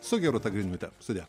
su girūta griniūte sudie